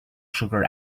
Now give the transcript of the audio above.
sugar